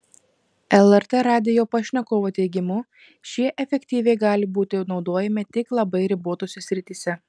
lrt radijo pašnekovo teigimu šie efektyviai gali būti naudojami tik labai ribotose srityse